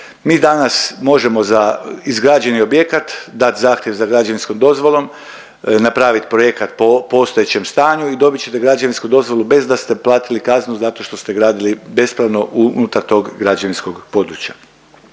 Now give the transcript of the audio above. Mi danas možemo za izgrađeni objekat dat zahtjev za građevinskom dozvolom, napravit projekat po postojećem stanju i dobit ćete građevinsku dozvolu bez da ste platili kaznu zašto što ste gradili bespravno unutar tog građevinskog područja.